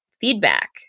feedback